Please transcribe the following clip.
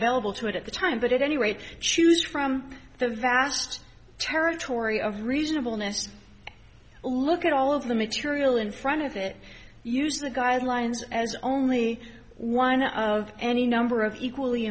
available to it at the time but at any rate choose from the vast territory of reasonableness look at all of the material in front of it use the guidelines as only one of any number of equally